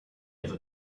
ever